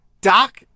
Doc